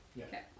Okay